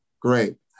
Great